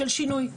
של שינוי.